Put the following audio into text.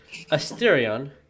Asterion